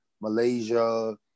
Malaysia